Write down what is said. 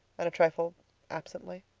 and a trifle absently.